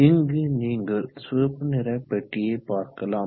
இங்கே நீங்கள் சிவப்பு நிற பெட்டியை பார்க்கலாம்